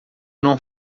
não